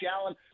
Allen